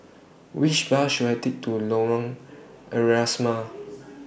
Which Bus should I Take to Lorong Asrama